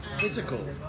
physical